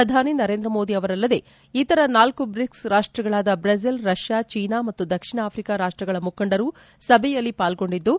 ಪ್ರಧಾನಿ ನರೇಂದ್ರ ಮೋದಿ ಅವರಲ್ಲದೆ ಇತರ ನಾಲ್ಕು ಬ್ರಿಕ್ಸ್ ರಾಷ್ಟಗಳಾದ ಬ್ರೆಜಿಲ್ ರಷ್ಯಾ ಚೀನಾ ಮತ್ತು ದಕ್ಷಿಣ ಅಫ್ರಿಕಾ ರಾಷ್ಟಗಳ ಮುಖಂಡರು ಸಭೆಯಲ್ಲಿ ಪಾಲ್ಗೊಂಡಿದ್ದು